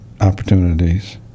opportunities